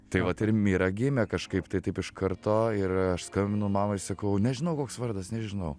tai vat ir mira gimė kažkaip tai taip iš karto ir aš skambinu mamai sakau nežinau koks vardas nežinau